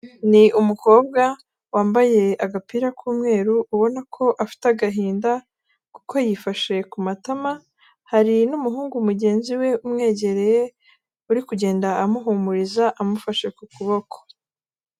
Ni umukobwa wambaye agapira k'umweru, ubona ko afite agahinda kuko yifashe ku matama, hari n'umuhungu mugenzi we umwegereye, uri kugenda amuhumuriza amufashe ku kuboko.